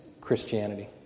Christianity